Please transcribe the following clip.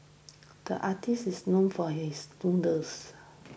the artist is known for his doodles